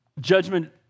judgment